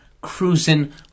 cruising